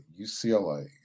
UCLA